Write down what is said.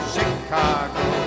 Chicago